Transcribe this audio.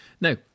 now